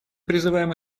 призываем